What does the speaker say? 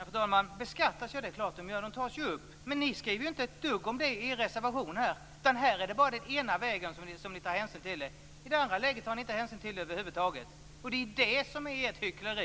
Fru talman! Ja, det är klart att de beskattas. De tas ju upp. Men ni skriver inte ett dugg om det i er reservation. Där är det bara ena vägen som ni tar hänsyn till det. I det andra läget tar ni inte hänsyn till det över huvud taget. Det är det som är ert hyckleri.